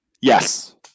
Yes